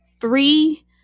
three